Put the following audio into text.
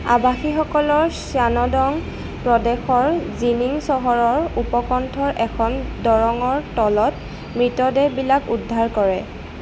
আৱাসীসকলৰ Shandong প্ৰদেশৰ Jining চহৰৰ উপকণ্ঠৰ এখন দলঙৰ তলত মৃতদেহবিলাক উদ্ধাৰ কৰে